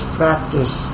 practice